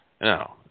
no